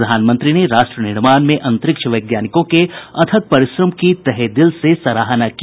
प्रधानमंत्री ने राष्ट्र निर्माण में अंतरिक्ष वैज्ञानिकों के अथक परिश्रम की तहे दिल से सराहना की